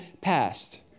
passed